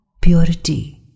purity